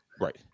right